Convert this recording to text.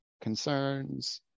concerns